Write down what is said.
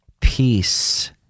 Peace